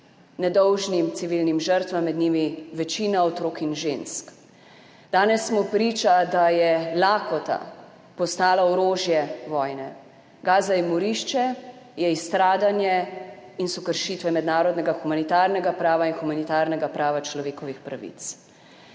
nedolžnim civilnim žrtvam, med njimi je večina otrok in žensk. Danes smo priča temu, da je lakota postala orožje vojne. Gaza je morišče, je izstradanje in so kršitve mednarodnega humanitarnega prava in humanitarnega prava človekovih pravic.